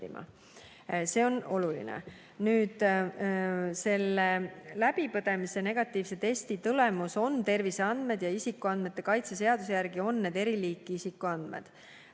See on oluline. Haiguse läbipõdemise andmed ja negatiivne testitulemus on terviseandmed. Isikuandmete kaitse seaduse järgi on need eriliiki isikuandmed